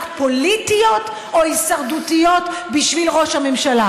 פוליטיות או הישרדותיות בשביל ראש הממשלה.